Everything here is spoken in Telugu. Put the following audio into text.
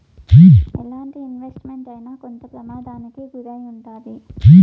ఎలాంటి ఇన్వెస్ట్ మెంట్ అయినా కొంత ప్రమాదానికి గురై ఉంటాది